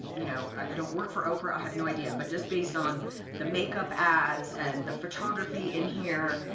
you know, i don't work for oprah, i have no idea. but just based on the makeup ads and the photography in here,